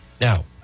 Now